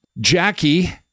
Jackie